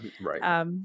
right